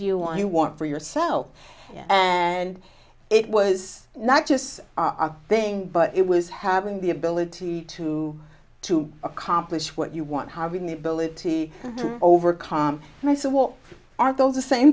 you want for yourself and it was not just our thing but it was having the ability to to accomplish what you want having the ability to overcome my so what are those the same